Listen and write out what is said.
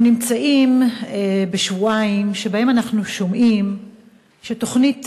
אנחנו נמצאים בשבועיים שבהם אנחנו שומעים שתוכנית